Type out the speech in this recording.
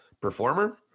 performer